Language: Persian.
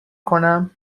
کنم